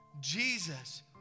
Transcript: Jesus